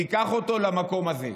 ניקח אותו למקום הזה.